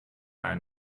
ein